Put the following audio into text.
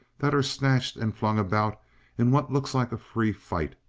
that are snatched and flung about in what looks like a free fight,